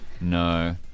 No